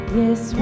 yes